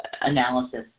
analysis